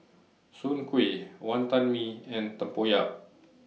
Soon Kuih Wantan Mee and Tempoyak